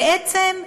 בעצם כלוחמת.